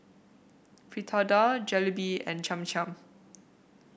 Fritada Jalebi and Cham Cham